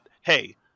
hey